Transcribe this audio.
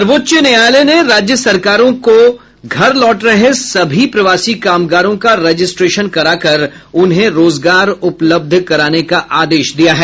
सर्वोच्च न्यायालय ने राज्य सरकारों को घर लौट रहे सभी प्रवासी कामगारों का रजिस्ट्रेशन कराकर उन्हें रोजगार उपलब्ध कराने का आदेश दिया है